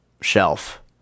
shelf